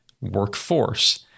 workforce